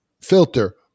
filter